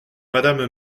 madame